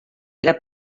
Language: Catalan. era